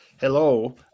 Hello